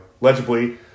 Legibly